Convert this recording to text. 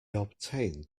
obtained